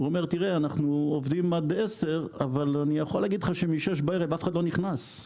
הוא אומר שהם עובדים עד 22:00 אבל מ-18:00 בערב אף אחד לא נכנס,